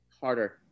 harder